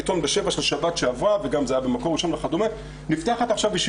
העיתון "בשבע" של שבת שעברה זה היה גם ב"מקור